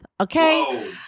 Okay